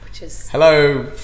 hello